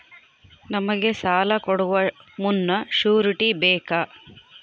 ನಮಗೆ ಸಾಲ ಕೊಡುವ ಮುನ್ನ ಶ್ಯೂರುಟಿ ಬೇಕಾ?